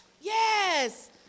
Yes